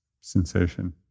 sensation